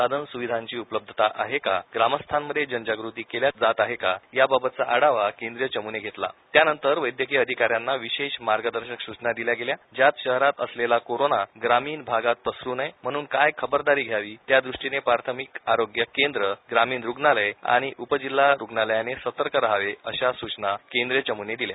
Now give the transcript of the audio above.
साधन सुविधांची उपलब्धता आहे का ग्रामस्थांमध्ये जनजागृती केल्या जात आहे का याबाबतचा आढावा केंद्रीय चमुने घेतला त्यानंतर वैदयकीय अधिकाऱ्यांना विशेष मार्गदर्शक सूचना दिल्या गेल्या ज्यात शहरात असलेला कोरोना ग्रामीण भागात पसरू नये म्हणून काय खबरदारी घ्यावी त्यादृष्टीने प्रार्थमिक आरोग्य केंद्र ग्रामीण रुग्णालय आणि उपजिल्हा रुग्णालयाने सतर्क राहावे अशा सूचना केंद्रीय चम्ने दिल्या